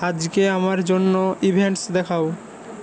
আজকে আমার জন্য ইভেন্টস দেখাও